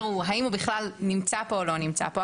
האם הוא בכלל נמצא פה או לא נמצא פה.